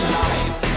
life